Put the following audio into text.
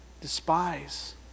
despise